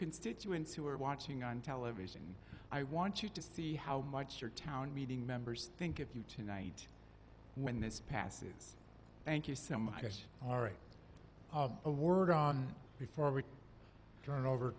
constituents who are watching on television i want you to see how much your town meeting members think if you tonight when this passes thank you so much all right a word on before we turn over